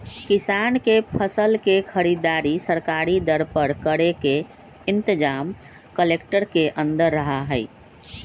किसान के फसल के खरीदारी सरकारी दर पर करे के इनतजाम कलेक्टर के अंदर रहा हई